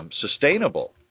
sustainable